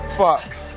fuck's